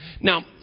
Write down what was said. now